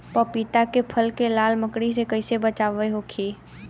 पपीता के फल के लाल मकड़ी से कइसे बचाव होखि?